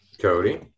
Cody